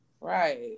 Right